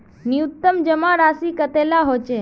न्यूनतम जमा राशि कतेला होचे?